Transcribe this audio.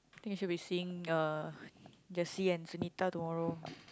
think I should be seeing uh Jessie and Sunita tomorrow